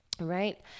right